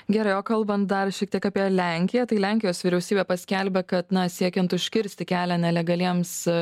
gerai o kalbant dar šiek tiek apie lenkiją tai lenkijos vyriausybė paskelbė kad na siekiant užkirsti kelią nelegaliems